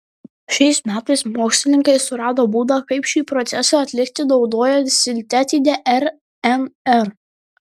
šiais metais mokslininkai surado būdą kaip šį procesą atlikti naudojant sintetinę rnr